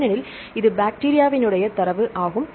ஏனெனில் இது பாக்டீரியா வினுடைய தரவு ஆகும்